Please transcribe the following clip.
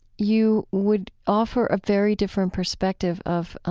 you would offer a very different perspective of,